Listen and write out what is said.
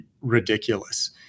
ridiculous